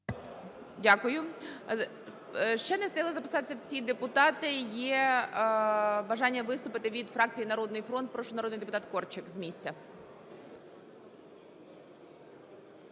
Дякую. Ще не встигли записатися всі депутати. Є бажання виступити від фракції "Народний фронт". Прошу, народний депутат Корчик з місця.